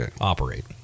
operate